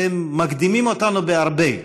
אתם מקדימים אותנו בהרבה.